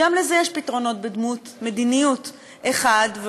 וגם לזה יש פתרונות בדמות מדיניות: האחד,